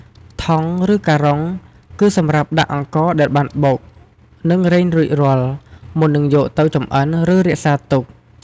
ថង់ ឬការ៉ុង គឺសម្រាប់ដាក់អង្ករដែលបានបុក និងរែងរួចរាល់ មុននឹងយកទៅចម្អិន ឬរក្សាទុក។